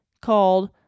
called